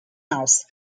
house